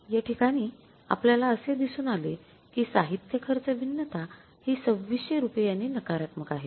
याठिकाणी आपल्याला असे दिसून आले कि साहित्य खर्च भिन्नता हि २६०० रुपयांनी नकारात्मक आहे